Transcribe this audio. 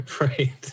Right